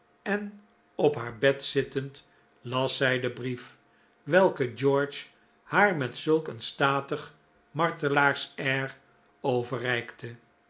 en op haar bed zittend las zij den brief welken george haar met zulk een statig martelaars air overreikte